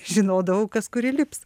žinodavau kas kur įlips